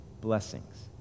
blessings